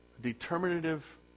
determinative